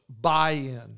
buy-in